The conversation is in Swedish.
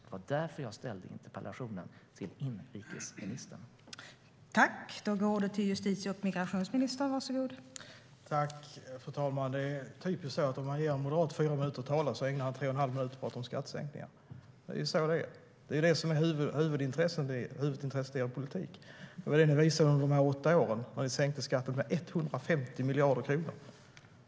Det var därför jag ställde interpellationen till inrikesministern.